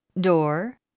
door